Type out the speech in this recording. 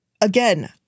Again